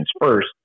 first